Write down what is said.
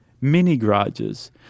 mini-garages